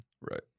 right